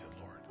Lord